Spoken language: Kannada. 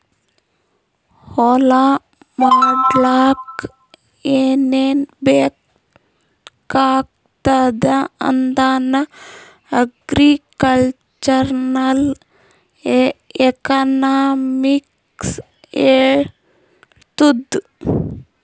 ಹೊಲಾ ಮಾಡ್ಲಾಕ್ ಏನೇನ್ ಬೇಕಾಗ್ತದ ಅದನ್ನ ಅಗ್ರಿಕಲ್ಚರಲ್ ಎಕನಾಮಿಕ್ಸ್ ಹೆಳ್ತುದ್